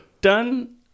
done